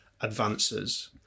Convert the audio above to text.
advances